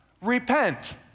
repent